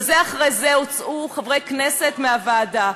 בזה אחר זה הוצאו חברי כנסת מהוועדה,